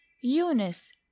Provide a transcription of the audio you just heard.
Eunice